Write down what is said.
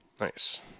Nice